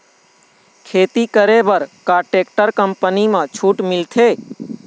खेती करे बर का टेक्टर कंपनी म छूट मिलथे?